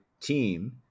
team